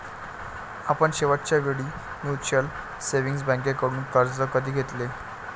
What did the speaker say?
आपण शेवटच्या वेळी म्युच्युअल सेव्हिंग्ज बँकेकडून कर्ज कधी घेतले?